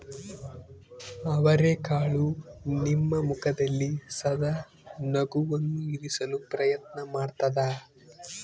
ಅವರೆಕಾಳು ನಿಮ್ಮ ಮುಖದಲ್ಲಿ ಸದಾ ನಗುವನ್ನು ಇರಿಸುವ ಪ್ರಯತ್ನ ಮಾಡ್ತಾದ